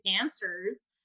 answers